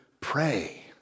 pray